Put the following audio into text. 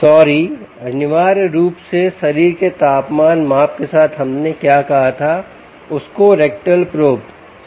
sorry अनिवार्य रूप से शरीर के तापमान माप के साथ हमने क्या कहा था उसको रेक्टल प्रोब सॉरी